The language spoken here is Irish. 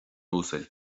uasail